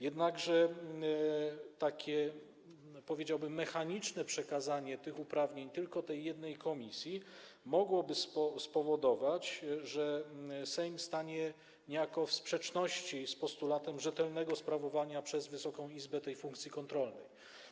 Jednakże takie, powiedziałbym, mechaniczne przekazanie tych uprawnień tylko tej jednej komisji mogłoby spowodować, że Sejm stanie niejako w sprzeczności z postulatem rzetelnego sprawowania przez Wysoką Izbę funkcji kontrolnej.